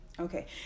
Okay